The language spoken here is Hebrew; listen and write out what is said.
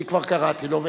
כי כבר קראתי לו,